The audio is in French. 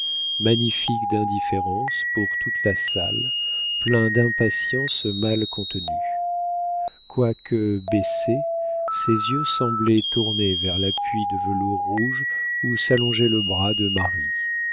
magnifique d'indifférence pour toute la salle plein d'impatience mal contenue quoique baissés ses yeux semblaient tournés vers l'appui de velours rouge où s'allongeait le bras de marie